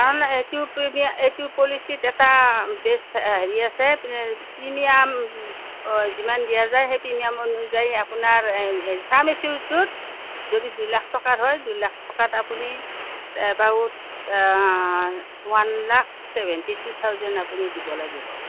কাৰণ এইটো প্ৰিমিয়াম এইটো পলিচিত এটা বেষ্ট হেৰি আছে এই প্ৰিমিয়াম যিমান দিয়া যায় সেই প্ৰিমিয়াম অনুযায়ী আপোনাৰ চাম এচিয়ৰটোত যদি দুইলাখ টকাৰ হয় দুইলাখ টকাত আপুনি about one lakh seventy two thousand আপুনি দিব লাগিব